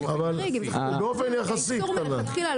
אבל באופן יחסי היא קטנה,